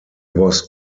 was